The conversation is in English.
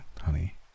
honey